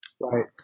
Right